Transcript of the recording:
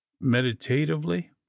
meditatively